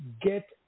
get